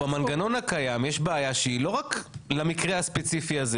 במנגנון הקיים יש בעיה שהיא לא רק למקרה הספציפי הזה,